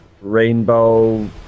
rainbow